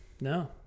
No